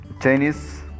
Chinese